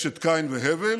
יש את קין והבל,